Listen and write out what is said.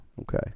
Okay